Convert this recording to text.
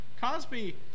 Cosby